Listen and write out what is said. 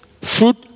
fruit